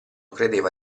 credeva